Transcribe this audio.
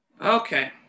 Okay